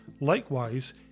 Likewise